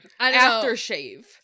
Aftershave